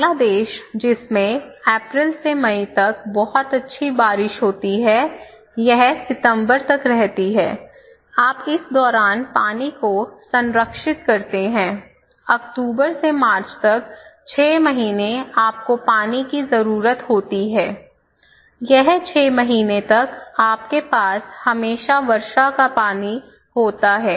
बांग्लादेश जिसमें अप्रैल से मई तक बहुत अच्छी बारिश होती है यह सितंबर तक रहती है आप इस दौरान पानी को संरक्षित करते हैं अक्टूबर से मार्च तक 6 महीने आपको पानी की जरूरत होती है यह 6 महीने तक आपके पास हमेशा वर्षा का पानी होता है